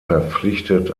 verpflichtet